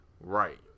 right